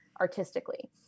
artistically